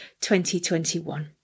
2021